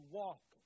walk